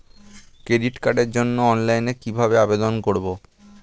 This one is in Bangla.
ক্রেডিট কার্ডের জন্য অনলাইনে কিভাবে আবেদন করব?